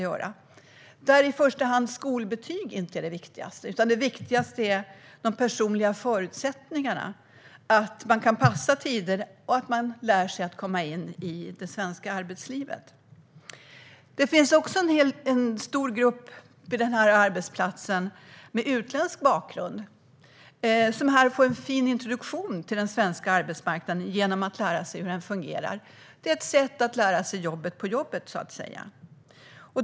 Här kommer inte skolbetyg i första hand, utan det viktigaste är de personliga förutsättningarna: att man kan passa tider och vill lära sig att komma in i det svenska arbetslivet. Det finns också en stor grupp med utländsk bakgrund. De får här en fin introduktion till hur den svenska arbetsmarknaden fungerar. De lär sig jobbet på jobbet så att säga.